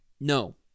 No